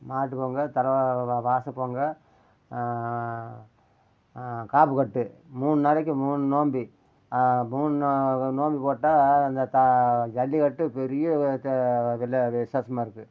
மாட்டுப்பொங்கல் தலை வ வாசப்பொங்கல் காப்புக்கட்டு மூணு நாளைக்கும் மூணு நோம்பி மூணு நோம்பி போட்டா இந்த த ஜல்லிக்கட்டு பெரிய த இதில் விசேஷமாக இருக்கும்